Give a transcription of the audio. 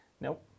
nope